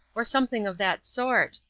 or something of that sort.